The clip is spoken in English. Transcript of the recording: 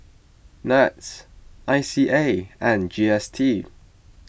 NETS I C A and G S T